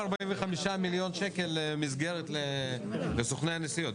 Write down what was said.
45 מיליון שקל מסגרת לסוכני הנסיעות.